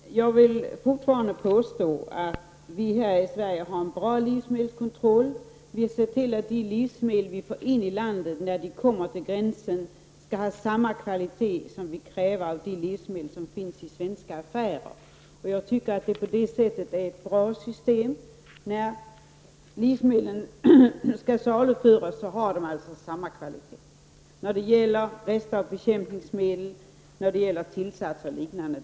Herr talman! Jag påstår fortfarande att vi här i Sverige har en bra livsmedelskontroll. Vi ser till att de livsmedel som kommer in i landet kontrolleras vid gränsen så att de har samma kvalitet som vi kräver av de svenska livsmedel som finns i affärerna. Jag tycker att systemet är bra. När livsmedlen skall saluföras har de alltså samma kvalitet när det gäller rester av bekämpningsmedel, tillsatser och liknande.